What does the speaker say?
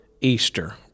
Easter